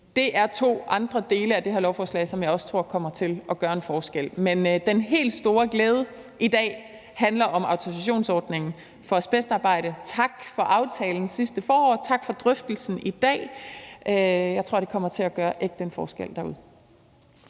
Det er to andre dele af det lovforslag, som jeg også tror kommer til at gøre en forskel. Men den helt store glæde i dag handler om autorisationsordningen for asbestarbejde. Tak for aftalen fra sidste forår, og tak for drøftelsen i dag. Jeg tror, det kommer til at gøre en ægte forskel derude.